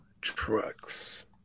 trucks